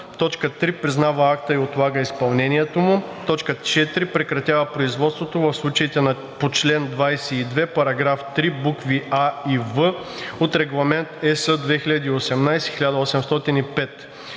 акта; 3. признава акта и отлага изпълнението му; 4. прекратява производството в случаите по чл. 22, параграф 3, букви „а“ и „в“ от Регламент (ЕС) 2018/1805;